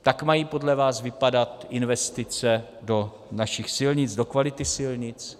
Tak mají podle vás vypadat investice do našich silnic, do kvality silnic?